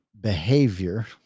behavior